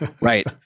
right